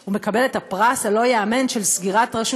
הוא מקבל את הפרס הלא-ייאמן של סגירת רשות